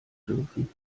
dürfen